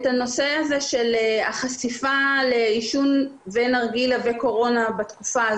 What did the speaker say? אני רוצה למקד את הנושא הזה של החשיפה לעישון נרגילה בתקופת הקורונה.